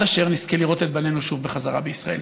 אשר נזכה לראות את בנינו שוב בחזרה בישראל.